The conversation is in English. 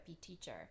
Teacher